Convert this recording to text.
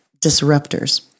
disruptors